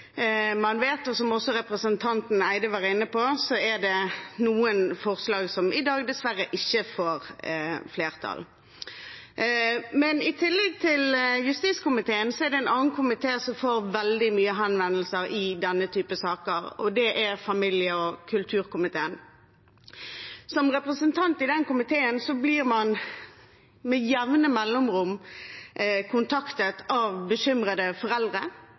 man vet, og som også representanten Eide var inne på, er det noen forslag som i dag dessverre ikke får flertall. I tillegg til justiskomiteen er det en annen komité som får veldig mange henvendelser i denne typen saker, og det er familie- og kulturkomiteen. Som representant i den komiteen blir man med jevne mellomrom kontaktet av bekymrede foreldre,